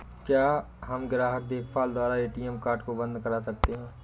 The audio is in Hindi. क्या हम ग्राहक देखभाल द्वारा ए.टी.एम कार्ड को बंद करा सकते हैं?